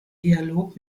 dialog